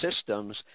systems